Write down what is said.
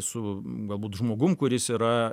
su galbūt žmogum kuris yra